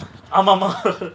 ஆமா மா:aama ma